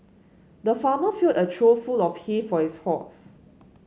the farmer filled a trough full of hay for his horse